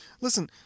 Listen